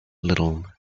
little